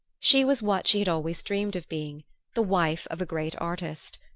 she was what she had always dreamed of being the wife of a great artist.